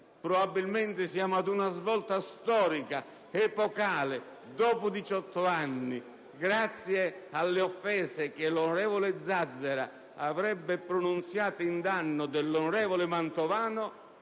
Probabilmente siamo ad una svolta storica, epocale. Dopo 18 anni, grazie alle offese che l'onorevole Zazzera avrebbe pronunziato in danno dell'onorevole Mantovano,